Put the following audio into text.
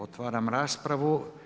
Otvaram raspravu.